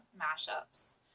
mashups